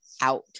out